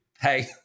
hey